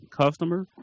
customer